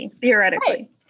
theoretically